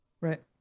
Right